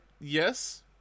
yes